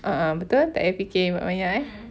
a'ah betul tak payah fikir banyak-banyak eh